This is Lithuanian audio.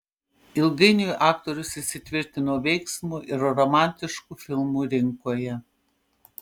ilgainiui aktorius įsitvirtino veiksmo ir romantiškų filmų rinkoje